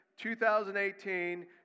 2018